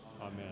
Amen